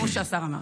כמו שהשר אמר.